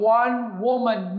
one-woman